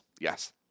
yes